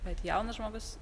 bet jaunas žmogus